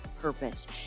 purpose